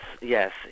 yes